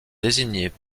désignées